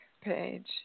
page